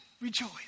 Rejoice